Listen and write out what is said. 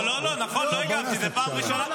לא, נכון, לא הגבתי, זו פעם ראשונה.